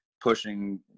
pushing